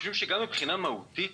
גם מבחינה מהותית